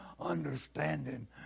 understanding